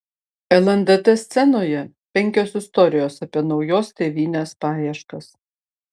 lndt scenoje penkios istorijos apie naujos tėvynės paieškas